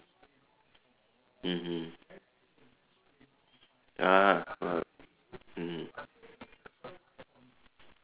mmhmm ah mmhmm